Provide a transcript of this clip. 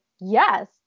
yes